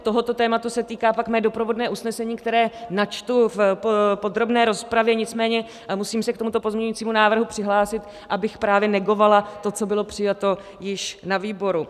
Tohoto tématu se pak týká mé doprovodné usnesení, které načtu v podrobné rozpravě, nicméně musím se k tomuto pozměňovacímu návrhu přihlásit, abych právě negovala to, co bylo přijato již na výboru.